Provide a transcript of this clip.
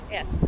Yes